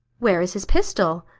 where is his pistol?